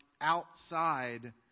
outside